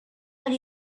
and